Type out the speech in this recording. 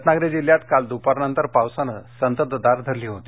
रत्नागिरी जिल्ह्यात काल द्पारनंतर पावसानं संततधार धरली होती